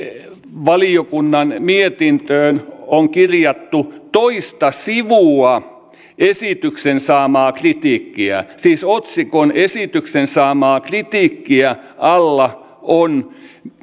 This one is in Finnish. valiokunnan mietintöön on kirjattu toista sivua esityksen saamaa kritiikkiä siis otsikon esityksen saamaa kritiikkiä alla on